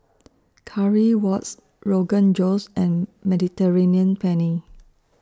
Currywurst Rogan Josh and Mediterranean Penne